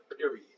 period